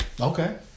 Okay